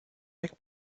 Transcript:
weg